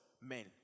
men